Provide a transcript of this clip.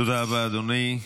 תודה רבה, אדוני.